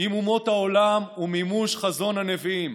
עם אומות העולם ומימוש חזון הנביאים.